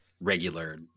regular